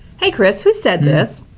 hey chris, who said this?